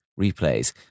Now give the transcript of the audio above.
replays